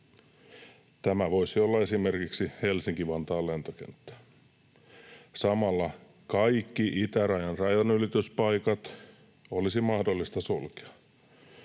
Tämä voisi olla esimerkiksi Helsinki-Vantaan lentokenttä. Samalla kaikki itärajan rajanylityspaikat olisi mahdollista sulkea.